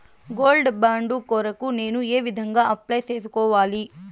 Gold bond కొరకు నేను ఏ విధంగా అప్లై సేసుకోవాలి?